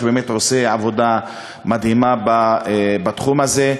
שבאמת עושה עבודה מדהימה בתחום הזה,